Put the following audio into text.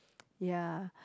ya